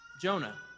Jonah